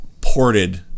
ported